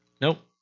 Nope